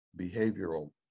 behavioral